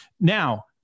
Now